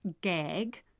gag